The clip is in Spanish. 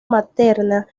materna